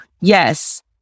Yes